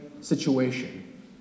situation